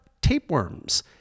tapeworms